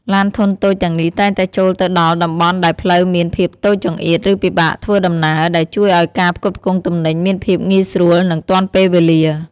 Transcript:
ឡានធុនតូចទាំងនេះតែងតែចូលទៅដល់តំបន់ដែលផ្លូវមានភាពតូចចង្អៀតឬពិបាកធ្វើដំណើរ ដែលជួយឱ្យការផ្គត់ផ្គង់ទំនិញមានភាពងាយស្រួលនិងទាន់ពេលវេលា។